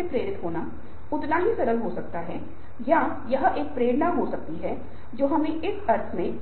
समान है तो वह न्याय का अनुभव करता है अन्यथा अन्याय होगा जो चिंता तनाव हताशा का कारण बनेगा संगठन को छोड़कर अन्य कर्मचारियों को संगठन को छोड़ने के लिए राजी करेगा